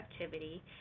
activity